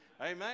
Amen